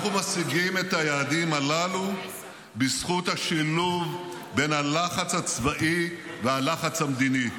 אנחנו משיגים את היעדים הללו בזכות השילוב בין הלחץ הצבאי ללחץ המדיני.